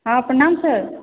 हॅं प्रणाम सर